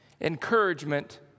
encouragement